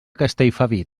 castellfabib